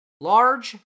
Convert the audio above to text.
large